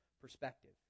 perspective